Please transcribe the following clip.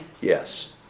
Yes